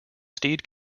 steed